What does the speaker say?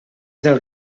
del